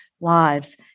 lives